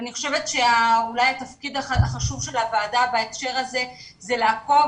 אני חושבת שאולי התפקיד החשוב של הוועדה בהקשר זה הוא לעקוב